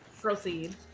Proceed